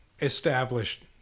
established